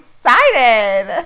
excited